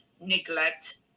neglect